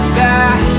back